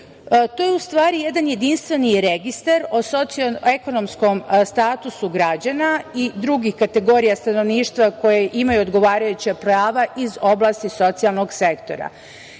To je u stvari jedan jedinstveni registar o sociekonomskom statusu građana i drugih kategorija stanovništva koja imaju odgovarajuća prava iz oblasti socijalnog sektora. Jako